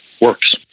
works